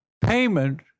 payment